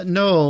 no